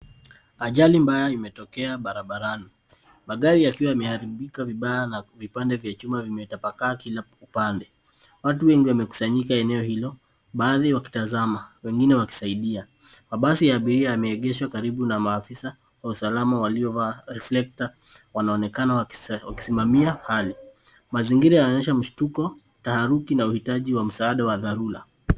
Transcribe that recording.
Ajali mbaya imetokea barabarani. Magari yakiwa yameharibika vibaya na vipande vya chuma vimetapakaa kila upande. Watu wengi wamekusanyika eneo hilo baadhi wakitazama wengine wakisaidia. Mabasi ya abiria yameegeshwa karibu na maafisa wa usalama waliovaa reflector ,wanaonekana wakisimamia hali. Mazingira yanaonyesha mshtuko, taharuki na uhitaji wa msaada wa dharura.